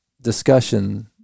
discussion